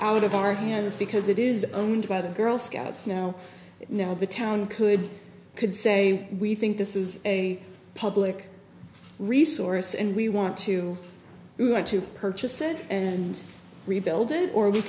out of our hands because it is owned by the girl scouts now now the town could be could say we think this is a public resource and we want to we want to purchase it and rebuild it or we